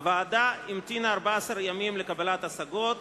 הוועדה המתינה 14 ימים לקבלת השגות.